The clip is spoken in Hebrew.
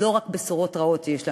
לא רק בשורות רעות יש לנו.